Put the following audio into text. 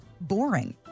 boring